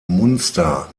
munster